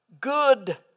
good